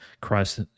Christ